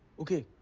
ok.